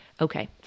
okay